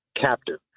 captive